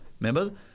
remember